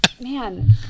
man